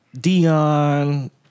Dion